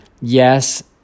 Yes